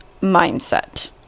mindset